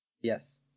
Yes